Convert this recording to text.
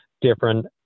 different